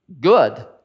good